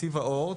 נתיב האור,